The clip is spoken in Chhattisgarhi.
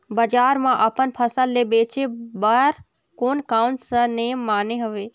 बजार मा अपन फसल ले बेचे बार कोन कौन सा नेम माने हवे?